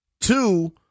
Two